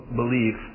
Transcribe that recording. believe